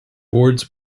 boards